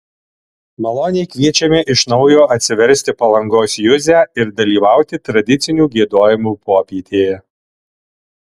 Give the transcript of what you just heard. maloniai kviečiame iš naujo atsiversti palangos juzę ir dalyvauti tradicinių giedojimų popietėje